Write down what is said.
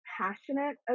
passionate